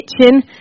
kitchen